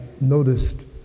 noticed